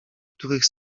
których